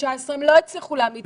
ו-2019 הם לא הצליחו להעמיד מצ'ינג.